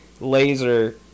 laser